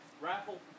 raffle